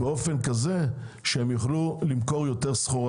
הספקים יוכלו להיכנס לסופרים באופן כזה שהם יוכלו למכור יותר סחורה